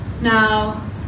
Now